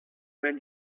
wenn